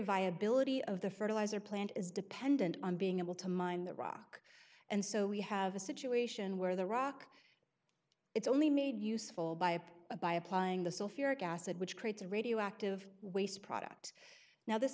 viability of the fertilizer plant is dependent on being able to mine the rock and so we have a situation where the rock it's only made useful by by applying the sulfuric acid which creates a radioactive waste product now this